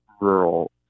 rural